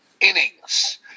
innings